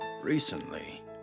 Recently